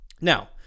Now